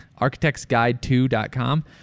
architectsguide2.com